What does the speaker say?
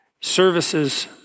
services